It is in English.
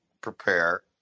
prepare